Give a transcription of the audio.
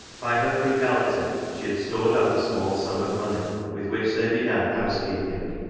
by her frugality she had stored up a small sum of money, with which they began housekeeping.